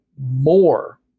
more